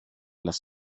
las